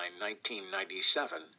1997